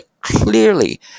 clearly